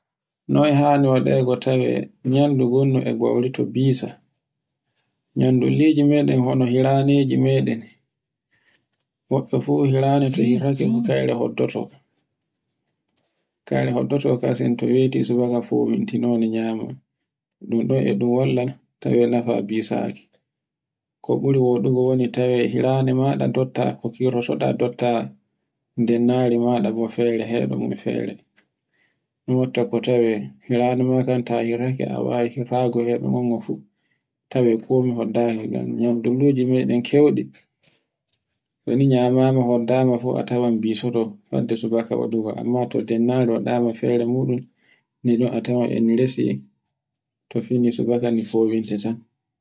Noy hani waɗego tawe nyandu gondu e bawrito bisa. Nyadulluji meɗen hono hiraneji meɗen. Woɓɓe fu hirande to hirtake fu kayre hoddoto, kayre hoddoto kadin to weti subaka fu mintinode nyama. Ɗun ɗo e ɗun walla tawe nefa bisaki ko ɓuri wodugo woni tawe hirande maɗa dottaku kirtotoɗa detta dennari maɗa fere bo heɗa mo fere. E mo tokko to tawe hirande ma kam ta hirtake a wawi hirtago heɗugo fu tawe ko mi heddaki ngam nyam dulluji keyɗi. to ni nyamama hoɗɗa ma fu a tawan bisoto fadde subaka waɗugo. amma to dennare muɗum ndi ɗn a tawe endi resi to fini subaka ndi fowinte tan.